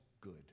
good